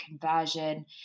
conversion